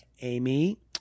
Amy